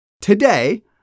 Today